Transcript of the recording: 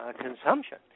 consumption